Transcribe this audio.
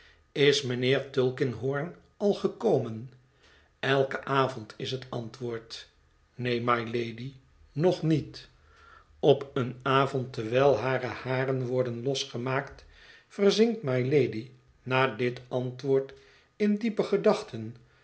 is mijnheer tulkinghorn al gekomen eiken avond is het antwoord neon mylady nog niet op een avond terwijl hare haren worden losgemaakt verzinkt mylady na dit antwoord in diepe gedachten